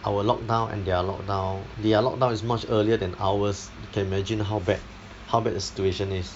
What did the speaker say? our lockdown and their lockdown their lockdown is much earlier than ours you can imagine how bad how bad the situation is